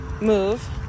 move